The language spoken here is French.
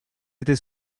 était